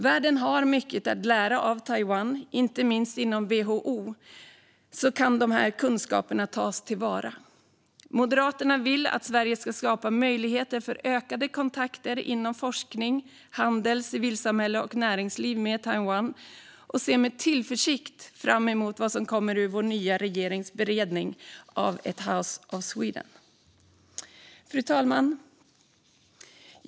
Världen har mycket att lära av Taiwan. Inte minst inom WHO kan dessa kunskaper tas till vara. Moderaterna vill att Sverige ska skapa möjligheter för ökade kontakter inom forskning, handel, civilsamhälle och näringsliv med Taiwan och ser med tillförsikt fram emot vad som kommer ur vår nya regerings beredning av ett House of Sweden. Fru talman!